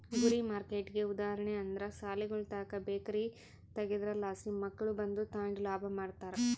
ಗುರಿ ಮಾರ್ಕೆಟ್ಗೆ ಉದಾಹರಣೆ ಅಂದ್ರ ಸಾಲಿಗುಳುತಾಕ ಬೇಕರಿ ತಗೇದ್ರಲಾಸಿ ಮಕ್ಳು ಬಂದು ತಾಂಡು ಲಾಭ ಮಾಡ್ತಾರ